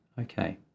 okay